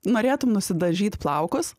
norėtum nusidažyt plaukus